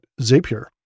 Zapier